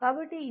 కాబట్టి ఇది